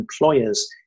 employers